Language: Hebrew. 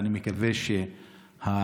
ואני מקווה שההודנה,